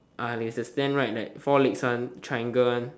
ah is a stand right like four legs one triangle one